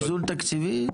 איזון תקציבי,